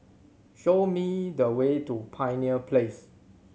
show me the way to Pioneer Place